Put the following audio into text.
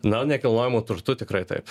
na nekilnojamu turtu tikrai taip